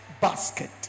basket